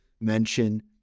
mention